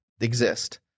exist